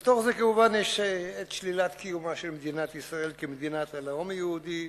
בתוך זה כמובן יש שלילת קיומה של מדינת ישראל כמדינת הלאום היהודי.